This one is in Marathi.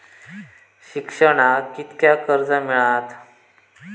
शिक्षणाक कीतक्या कर्ज मिलात?